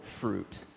fruit